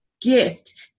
gift